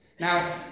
Now